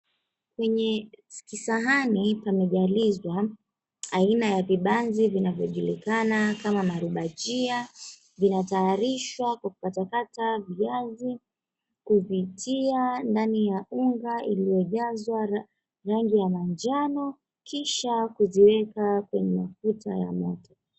Kwenye kisahani pamejalizwa aina ya vibanzi vinavyojulikana kama maribajia vinatayarishwa kwa kukatakata viazi kupitia ndani ya unga iliyojazwa rangi ya manjano kisha kuziweka kwenye mafuta ya moto.